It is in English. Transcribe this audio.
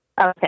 Okay